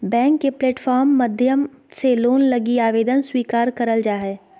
bank के platform माध्यम से लोन लगी आवेदन स्वीकार करल जा हय